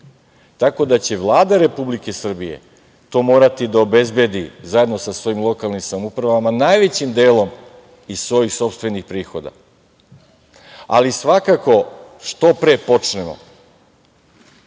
tako da će Vlada Republike Srbije to morati da obezbedi zajedno sa svojim lokalnim samoupravama najvećim delom iz svojih sopstvenih prihoda, ali što pre počnemo